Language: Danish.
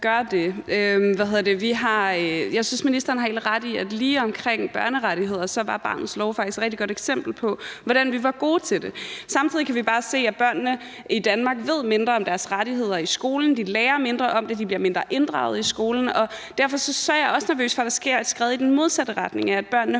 gør det. Jeg synes, at ministeren har helt ret i, at lige omkring børnerettigheder var barnets lov faktisk et rigtig godt eksempel på, hvordan vi var gode til det. Samtidig kan vi bare se, at børnene i Danmark ved mindre om deres rettigheder i skolen, at de lærer mindre om det, og at de bliver mindre inddraget i skolen. Og derfor er jeg også nervøs for, at der sker et skred i den modsatte retning, altså at børnene